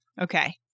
Okay